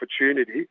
opportunity